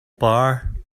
bar